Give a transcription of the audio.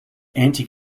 anti